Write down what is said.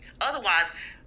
Otherwise